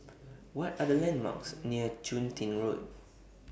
What Are The landmarks near Chun Tin Road